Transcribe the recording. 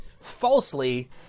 falsely